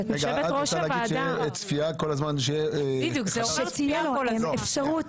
רגע את רוצה להגיד שצפייה כל הזמן --- זה שתהיה להם אפשרות,